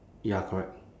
ya correct